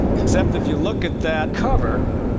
except if you look at that cover,